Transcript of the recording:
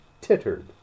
tittered